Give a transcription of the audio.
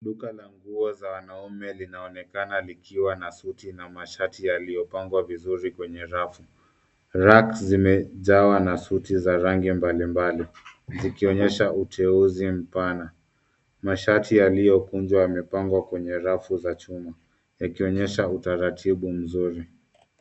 Duka la nguo za wanaume linaonekana likiwa na suti na mashati yaliyopangwa vizuri kwenye rafu. Racks zimejawa na suti za rangi mbalimbali zikionyesha uteuzi mpana . Mashati yaliyokunjwa yamepangwa kwenye rafu za chuma, yakionyesha utaratibu mzuri.